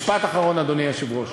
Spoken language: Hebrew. משפט אחרון, אדוני היושב-ראש: